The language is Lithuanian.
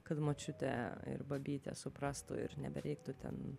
kad močiutė ir babytė suprastų ir nebereiktų ten